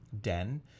den